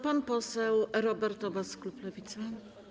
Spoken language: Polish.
Pan poseł Robert Obaz, klub Lewicy.